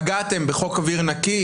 פגעתם בחוק אוויר נקי,